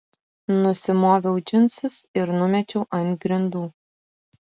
nusimoviau džinsus ir numečiau ant grindų